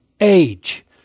age